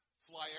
fly